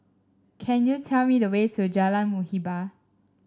can you tell me the way to Jalan Muhibbah